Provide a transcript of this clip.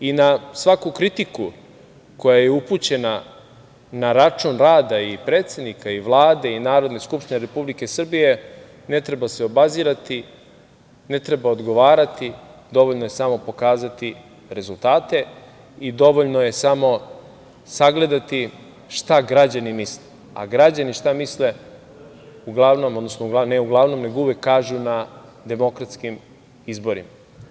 Na svaku kritiku koja je upućena na račun rada i predsednika i Vlade i Narodne skupštine Republike Srbije ne treba se obazirati, ne treba odgovarati, dovoljno je samo pokazati rezultate i dovoljno je samo sagledati šta građani misle, a građani šta misle uvek kažu na demokratskim izborima.